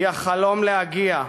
היא החלום להגיע,